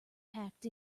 packed